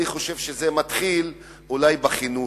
אני חושב שזה מתחיל אולי יותר בחינוך,